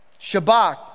Shabbat